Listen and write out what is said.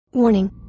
Warning